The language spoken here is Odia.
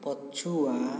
ପଛୁଆ